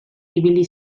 ibili